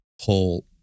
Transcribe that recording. whole